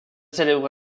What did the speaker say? célèbre